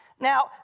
Now